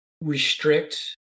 restrict